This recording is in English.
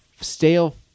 stale